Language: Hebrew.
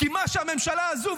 כי מה שהממשלה הזו,